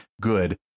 good